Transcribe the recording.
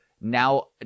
now